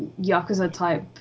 Yakuza-type